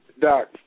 Doc